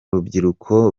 rubyiruko